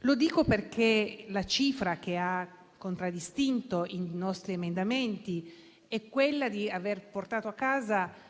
Lo dico perché ciò che ha contraddistinto i nostri emendamenti è l'aver portato - da